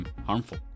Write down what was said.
harmful